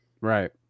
right